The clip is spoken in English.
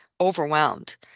overwhelmed